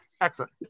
excellent